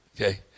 okay